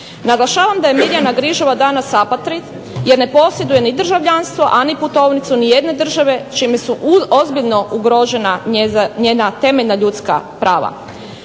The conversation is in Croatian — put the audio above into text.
Naglašavam da je Mirjana Grižova danas apatrid jer ne posjeduje ni državljanstvo, a ni putovnicu nijedne države čime su ozbiljno ugrožena njena temeljna ljudska prava.